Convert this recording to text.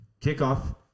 Kickoff